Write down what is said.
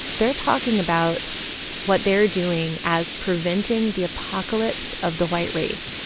they're talking about what they're doing as preventing the apocalypse of the white race